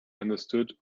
understood